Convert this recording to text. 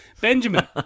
benjamin